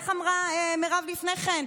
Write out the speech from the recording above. איך אמרה מירב לפני כן?